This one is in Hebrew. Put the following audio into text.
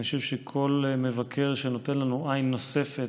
אני חושב שכל מבקר שנותן לנו עין נוספת